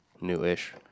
newish